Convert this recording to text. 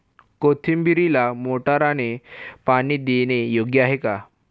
कोथिंबीरीला मोटारने पाणी देणे योग्य आहे का?